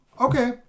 Okay